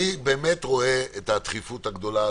חברים נכבדים, אני באמת רואה את הדחיפות הגדולה.